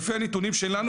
לפי הנתונים שלנו,